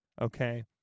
Okay